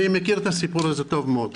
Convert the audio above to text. אני מכיר את הסיפור הזה טוב מאוד.